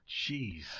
Jeez